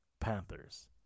Panthers